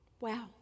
Wow